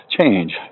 change